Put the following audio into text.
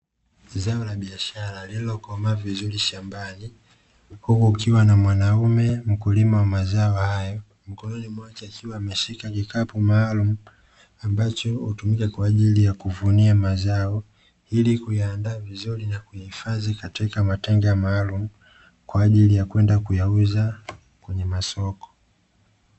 Zao la biashara lililokomaa vizuri shambani, huku kukiwa na mwanaume mkulima wa mazao hayo, mkononi mwake akiwa ameshika kikapu maalumu ambacho hutumika kwa ajili ya kuvunia mazao ili kuyaandaa vizuri na kuyahifadhi katika matenga maalumu kwa ajili ya kwenda kuyauza kwenye masoko.